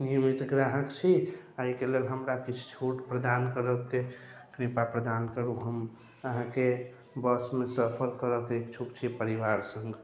नियमित ग्राहक छी अइके लेल हमरा किछु छूट प्रदान करैके कृपा प्रदान करू हम अहाँके बसमे सफर करैके इच्छुक छी परिवार सङ्गे